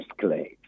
escalate